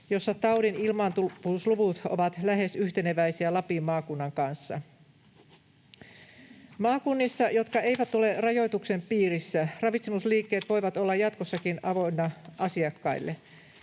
jossa taudin ilmaantuvuusluvut ovat lähes yhteneväisiä Lapin maakunnan kanssa. Maakunnissa, jotka eivät ole rajoituksen piirissä, ravitsemusliikkeet voivat olla jatkossakin avoinna asiakkaille.